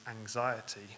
anxiety